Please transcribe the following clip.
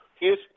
Yes